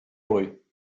doré